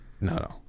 no